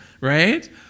right